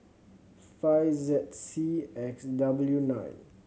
five Z C X W nine